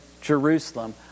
Jerusalem